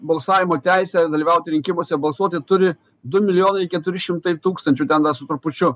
balsavimo teisę dalyvauti rinkimuose balsuoti turi du milijonai keturi šimtai tūkstančių ten da su trupučiu